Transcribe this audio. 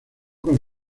con